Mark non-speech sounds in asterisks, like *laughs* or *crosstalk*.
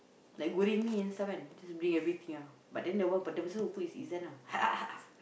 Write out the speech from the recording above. like goreng mi and stuff kan just bring everything ah but then the one w~ the person who cook is Izan ah *laughs*